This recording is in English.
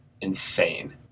insane